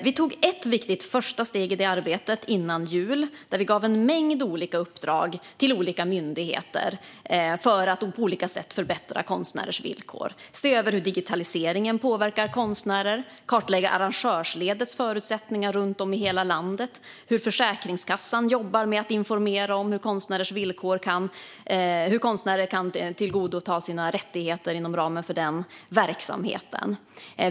Vi tog ett viktigt första steg i det arbetet före jul då vi gav olika myndigheter en mängd uppdrag att på flera sätt förbättra konstnärers villkor. Det handlar om att se över hur digitaliseringen påverkar konstnärer och att kartlägga arrangörsledets förutsättningar över hela landet. Och Försäkringskassan ska se över hur man jobbar med att informera konstnärer hur de kan tillgodogöra sig sina rättigheter.